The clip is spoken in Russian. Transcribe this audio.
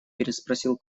переспросил